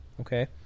Okay